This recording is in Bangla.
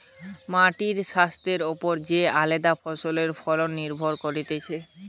মাটির স্বাস্থ্যের ওপর যে আলদা ফসলের ফলন নির্ভর করতিছে